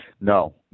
No